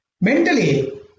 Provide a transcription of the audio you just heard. Mentally